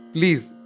Please